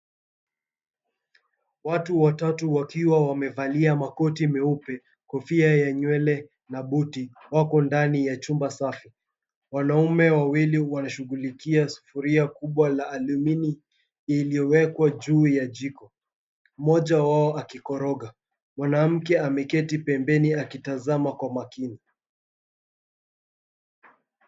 Watu watatu, wakiwa wamevalia makoti meupe, kofia ya nywele na buti, wako ndani ya chumba safi. Wanaumme wawili, wanashughulikia sufuria kubwa ya alumini, iliyowekwa juu ya jiko. Mmoja wao akikoroga. Mwanamke ameketi pembeni akitazama kwa makini.